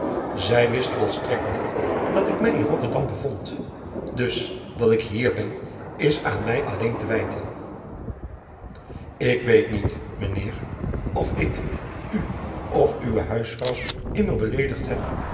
ij wist volstrekt niet dat ik mij in otterdam bevond dus dat ik hier ben is aan mij alleen te wijten k weet niet mijn eer dat ik u of uwe huisvrouw immer beleedigd heb